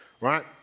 Right